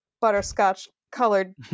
butterscotch-colored